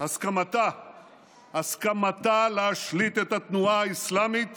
הסכמתה להשליט את התנועה האסלאמית